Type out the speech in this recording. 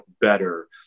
better